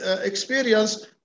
experience